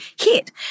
hit